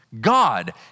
God